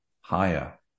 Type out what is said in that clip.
higher